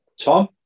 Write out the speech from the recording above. Tom